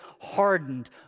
hardened